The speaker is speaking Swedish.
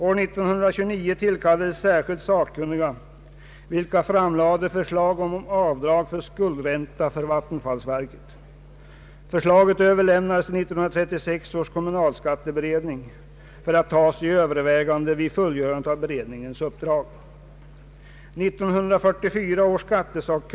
År 1929 tillkallades särskilda sakkunniga, vilka framlade förslag om avdrag för skuldränta för vattenfallsverket. Förslaget överlämnades till 1936 års kommunalskatteberedning för att tas under övervägande vid fullgörande av beredningens uppdrag.